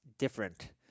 different